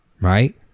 right